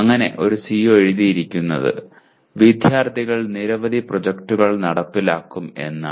അങ്ങനെ ഒരു CO എഴുതിയിരുന്നത് വിദ്യാർത്ഥികൾ നിരവധി പ്രോജക്ടുകൾ നടപ്പിലാക്കും എന്നാണ്